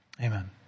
Amen